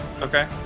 Okay